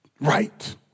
right